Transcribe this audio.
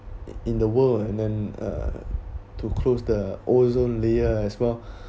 in the world and then uh to close the ozone layer as well